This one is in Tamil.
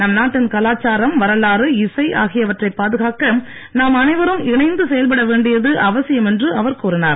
நம்நாட்டின் கலாச்சாரம் வரலாறு இசை ஆகியவற்றை பாதுகாக்க நாம் அனைவரும் இணைந்து செயல்பட வேண்டியது அவசியம் என்று அவர் கூறினார்